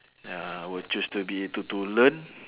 ya I will choose to be to to learn